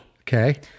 Okay